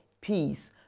peace